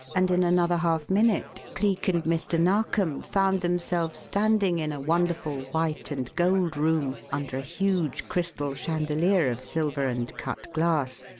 and in another half minute cleek and mr. narkom found themselves standing in a wonderful white-and-gold room, under a huge crystal chandelier of silver and cut glass,